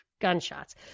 Gunshots